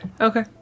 Okay